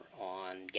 on